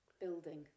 building